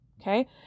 Okay